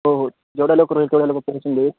हो जेवढ्या लवकर होईल तेवढ्या लवकर पोहचून देईल